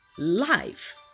Life